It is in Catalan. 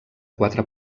quatre